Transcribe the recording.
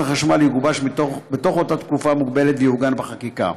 החשמל יגובש בתוך אותה תקופה מוגבלת ויעוגן בחקיקה.